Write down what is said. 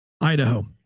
Idaho